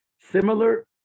similar